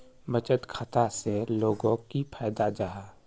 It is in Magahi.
बचत खाता से लोगोक की फायदा जाहा?